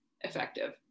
effective